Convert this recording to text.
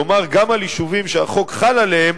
כלומר, גם ליישובים שהחוק חל עליהם